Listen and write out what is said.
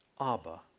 Abba